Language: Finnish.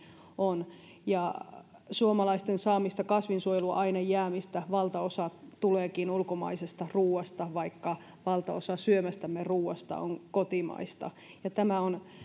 on suomalaisten saamista kasvinsuojeluainejäämistä valtaosa tuleekin ulkomaisesta ruuasta vaikka valtaosa syömästämme ruuasta on kotimaista tämä on